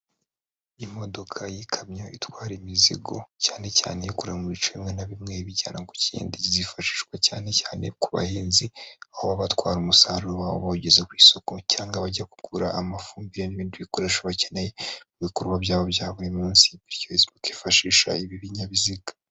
Imodoka y'ikamyo itwara imizigo cyane cyane i kure mu bice bimwe na bimwe bigera ku kindi kizifashishwa cyane cyane ku bahinzi aho babatwara umusaruro wabo bageze ku isoko cyangwa bajya kugura amafumbire n'ibindi bikoresho bakeneye bikorwa byabo bya buri munsi bityo bakifashisha ibi binyabiziga.